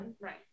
Right